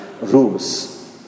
rules